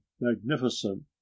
magnificent